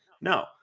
No